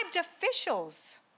officials